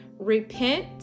Repent